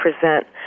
present